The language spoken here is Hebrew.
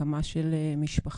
הקמה של משפחה,